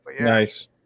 Nice